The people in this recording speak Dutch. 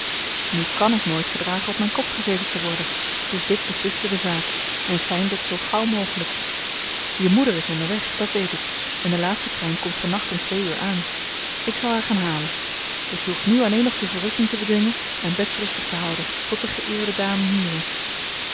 nu kan ik nooit verdragen op mijn kop gezeten te worden dus dit besliste de zaak en seinde het zoo gauw mogelijk je moeder is onderweg dat weet ik en de laatste trein komt van nacht om twee uur aan ik zal haar gaan halen dus je hoeft nu alleen nog je verrukking te bedwingen en bets rustig te houden tot de geëerde dame hier is